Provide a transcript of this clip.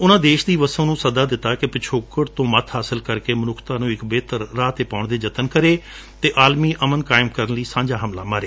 ਉਨਾਂ ਦੇਸ਼ ਦੀ ਵਸੋ ਨੂੰ ਸੱਦਾ ਦਿੱਤਾ ਕਿ ਪਿਛੋਕੜ ਤੋ ਮੱਤ ਹਾਸਲ ਕਰਕੇ ਮਨੁੱਖਤਾ ਨੂੰ ਇਕ ਬੇਹਤਰ ਰਾਹ ਤੇ ਪਾਉਣ ਦੇ ਜਤਨ ਕਰੇ ਅਤੇ ਆਲਮੀ ਅਮਨ ਕਾਇਮ ਕਰਨ ਲਈ ਸਾਂਝਾ ਹਮਲਾ ਮਾਰੇ